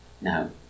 No